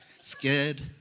scared